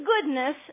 goodness